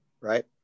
right